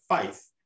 faith